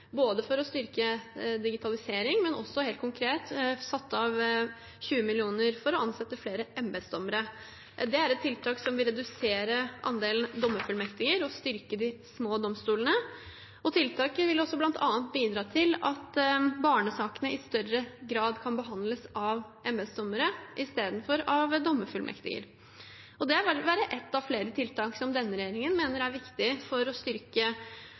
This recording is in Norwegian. for å styrke digitalisering, men vi har også helt konkret satt av 20 mill. kr for å ansette flere embetsdommere. Det er et tiltak som vil redusere andelen dommerfullmektiger og styrke de små domstolene. Tiltaket vil også bl.a. bidra til at barnesakene i større grad kan behandles av embetsdommere istedenfor av dommerfullmektiger. Det vil være ett av flere tiltak som denne regjeringen mener er viktig for å styrke